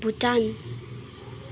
Bhutan